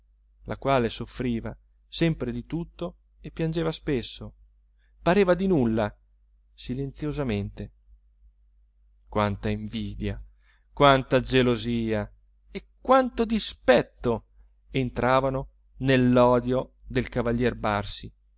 la quale soffriva sempre di tutto e piangeva spesso pareva di nulla silenziosamente quanta invidia quanta gelosia e quanto dispetto entravano nell'odio del cavalier barsi